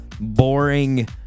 boring